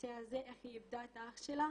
בנושא הזה, איך היא איבדה את אח שלה,